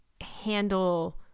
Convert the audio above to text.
handle